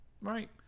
Right